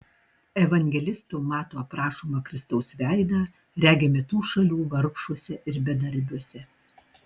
evangelisto mato aprašomą kristaus veidą regime tų šalių vargšuose ir bedarbiuose